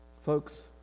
Folks